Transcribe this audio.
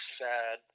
sad